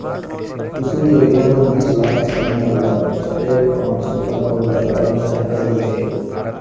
कुसुम योजना म बीस लाख किसान मन ल स्टैंडओन सोलर पंप लगाए बर सहायता दे जाही